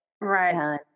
right